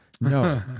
No